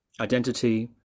identity